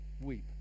Weep